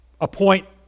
appoint